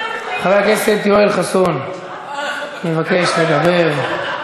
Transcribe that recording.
חבר הכנסת יואל חסון מבקש לדבר.